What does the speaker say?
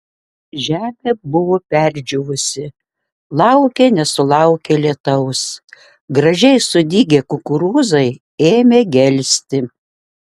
žemė buvo perdžiūvusi laukė nesulaukė lietaus gražiai sudygę kukurūzai ėmė gelsti